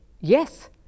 yes